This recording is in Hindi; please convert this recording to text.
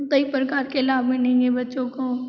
कई प्रकार के लाभ मिलेंगे बच्चों को